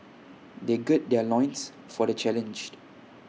they gird their loins for the challenge